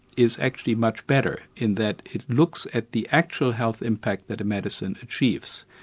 is actually much better, in that it looks at the actual health impact that a medicine achieves.